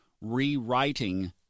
rewriting